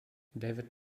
david